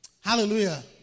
Hallelujah